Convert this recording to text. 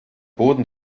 boden